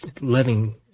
living